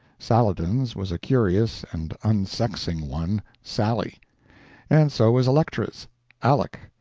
saladin's was a curious and unsexing one sally and so was electra's aleck.